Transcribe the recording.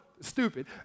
stupid